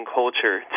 culture